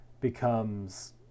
becomes